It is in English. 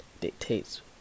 dictates